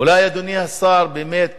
אולי אדוני השר באמת